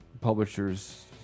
publishers